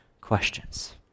questions